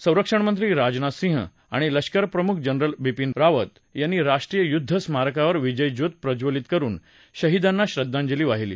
संरक्षणमंत्री राजनाथ सिंह आणि लष्करप्रमुख जनरल बिपिन राव यांनी राष्ट्रीय युद्ध स्मारकावर विजय ज्योत प्रज्वलित करुन शहीदांना श्रद्धांजली वाहिली